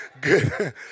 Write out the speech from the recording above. good